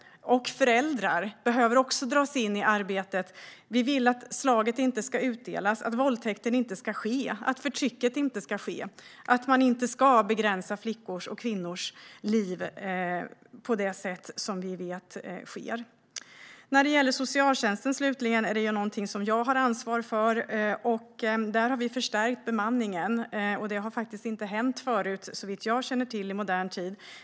De behöver också tas med i arbetet. Vi vill att slaget inte ska utdelas, att våldtäkten inte ska begås och att förtrycket inte ska ske. Man ska inte begränsa kvinnors och flickors liv på det sätt som vi vet förekommer. Jag har ansvar för socialtjänsten. Där har vi förstärkt bemanningen, och det har såvitt jag känner till inte hänt under modern tid.